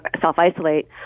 self-isolate